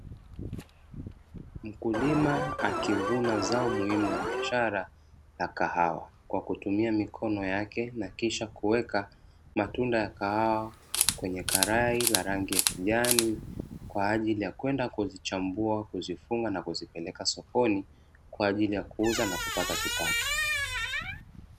Mkulima akivuna zao muhimu la biashara la kahawa, kwa kutumia mikono yake na kisha kuweka matunda ya kahawa kwenye karai la rangi ya kijani, kwa ajili ya kwenda kuzichambua, kuzifunga na kuzipeleka sokoni kwaajili ya kuuza na kupata kipato.